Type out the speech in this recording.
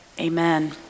amen